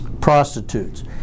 Prostitutes